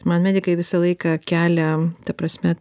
man medikai visą laiką keliam ta prasme